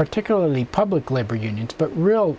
particularly public liberal unions but real